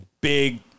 big